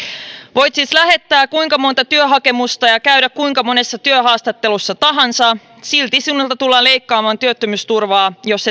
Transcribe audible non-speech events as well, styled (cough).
voit siis lähettää kuinka monta työhakemusta ja ja käydä kuinka monessa työhaastattelussa tahansa silti sinulta tullaan leikkaamaan työttömyysturvaa jos (unintelligible)